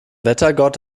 wettergott